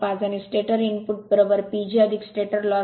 05 आणि stator input PG stator loss